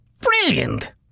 Brilliant